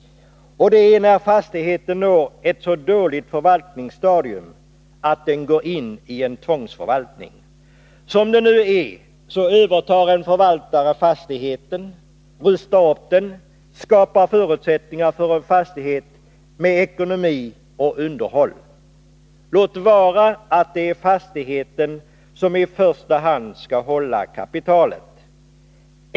Det är när fastigheten når ett så dåligt förvaltningsstadium att den går in i tvångsförvaltning. Som det är nu övertar en förvaltare fastigheten, rustar upp den, skapar förutsättningar för en fastighet med ekonomi och underhåll — låt vara att det är fastigheten som i första hand skall hålla kapitalet.